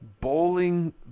bowling